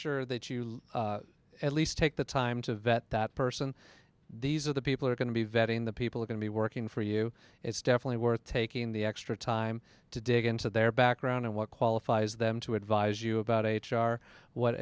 sure that you at least take the time to vet that person these are the people are going to be vetting the people are going to be working for you it's definitely worth taking the extra time to dig into their background and what qualifies them to advise you about h r what